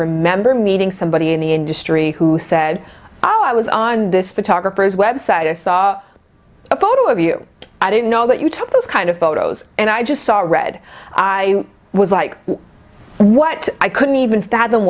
remember meeting somebody in the industry who said oh i was on this photographer's website i saw a photo of you i didn't know that you took those kind of photos and i just saw red i was like what i couldn't even fathom